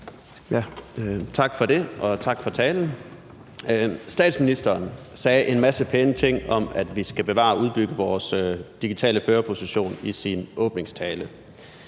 Tak for det, og tak for talen. Statsministeren sagde i sin åbningstale en masse pæne ting om, at vi skal bevare og udbygge vores digitale førerposition. Jeg var noget